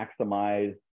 maximize